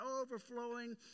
overflowing